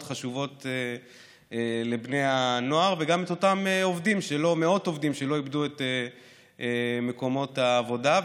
חשובות לבני הנוער וגם את אותם מאות עובדים שלא איבדו את מקומות העבודה,